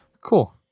Cool